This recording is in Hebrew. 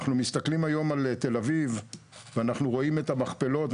אנחנו מסתכלים היום על תל אביב ואנחנו רואים את המכפלות.